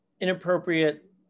inappropriate